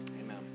Amen